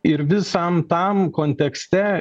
ir visam tam kontekste